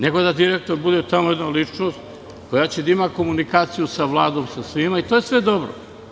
Nego da direktor tamo bude jedna ličnost koja će da ima komunikaciju sa Vladom, sa svima, i to je sve dobro.